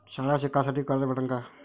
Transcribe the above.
शाळा शिकासाठी कर्ज भेटन का?